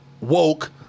woke